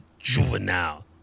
Juvenile